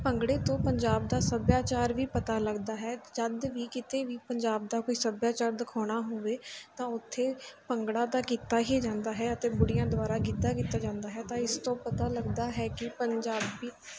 ਭੰਗੜੇ ਤੋਂ ਪੰਜਾਬ ਦਾ ਸੱਭਿਆਚਾਰ ਵੀ ਪਤਾ ਲੱਗਦਾ ਹੈ ਜਦੋਂ ਵੀ ਕਿਤੇ ਵੀ ਪੰਜਾਬ ਦਾ ਕੋਈ ਸੱਭਿਆਚਾਰ ਦਿਖਾਉਣਾ ਹੋਵੇ ਤਾਂ ਉੱਥੇ ਭੰਗੜਾ ਤਾਂ ਕੀਤਾ ਹੀ ਜਾਂਦਾ ਹੈ ਅਤੇ ਬੁੱਢੀਆਂ ਦੁਆਰਾ ਗਿੱਧਾ ਕੀਤਾ ਜਾਂਦਾ ਹੈ ਤਾਂ ਇਸ ਤੋਂ ਪਤਾ ਲੱਗਦਾ ਹੈ ਕਿ ਪੰਜਾਬੀ